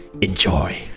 enjoy